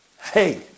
hey